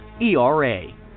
ERA